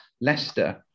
leicester